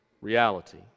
reality